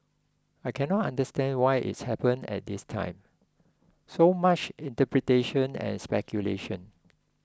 I cannot understand why it's happened at this time so much interpretation and speculation